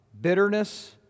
bitterness